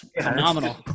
phenomenal